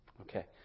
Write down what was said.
Okay